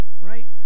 right